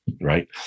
right